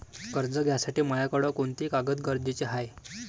कर्ज घ्यासाठी मायाकडं कोंते कागद गरजेचे हाय?